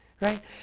right